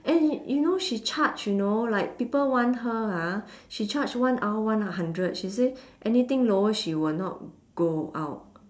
and you know she charge you know like people want her ah she charge one hour one hundred she say anything lower she will not go out